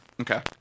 Okay